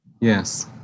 yes